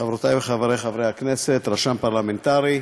חברותי וחברי חברי הכנסת, רשם פרלמנטרי,